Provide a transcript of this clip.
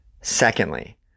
Secondly